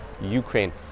Ukraine